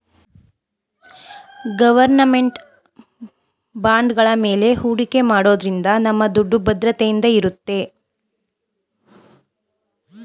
government ಬಾಂಡ್ಗಳ ಮೇಲೆ ಹೂಡಿಕೆ ಮಾಡೋದ್ರಿಂದ ನಮ್ಮ ದುಡ್ಡು ಭದ್ರತೆಯಿಂದ ಇರುತ್ತೆ